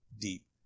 deep